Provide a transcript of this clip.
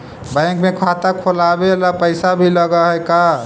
Bank में खाता खोलाबे ल पैसा भी लग है का?